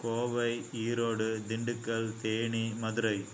Kovai Erode Dindigul Theni Madurai